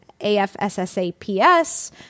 AFSSAPS